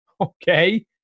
Okay